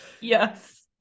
Yes